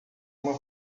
uma